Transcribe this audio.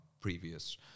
previous